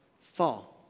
fall